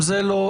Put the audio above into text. לא, זה לא.